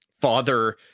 father